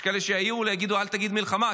יש כאלה שיעירו לי ויגידו: אל תגיד "מלחמה",